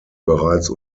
bereits